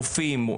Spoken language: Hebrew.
רופאים,